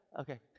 Okay